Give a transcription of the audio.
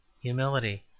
humility